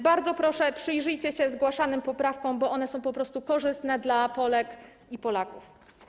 Bardzo proszę, przyjrzyjcie się zgłaszanym poprawkom, bo one są po prostu korzystne dla Polek i Polaków.